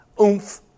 oomph